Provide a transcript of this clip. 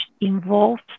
involved